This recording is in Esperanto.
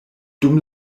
dum